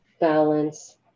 balance